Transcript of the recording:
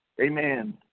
amen